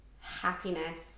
happiness